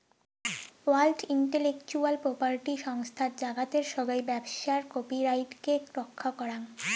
world intellectual property সংস্থাত জাগাতের সোগাই ব্যবসার কপিরাইটকে রক্ষা করাং